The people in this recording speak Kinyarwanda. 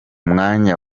mwanya